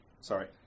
sorry